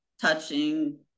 touching